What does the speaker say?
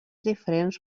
diferents